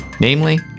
Namely